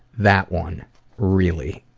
that one really,